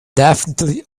definitely